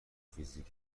فیزیک